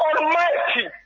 Almighty